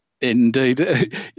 Indeed